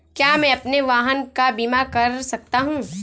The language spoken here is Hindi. क्या मैं अपने वाहन का बीमा कर सकता हूँ?